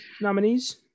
nominees